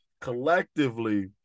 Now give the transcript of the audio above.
collectively